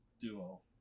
duo